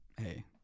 hey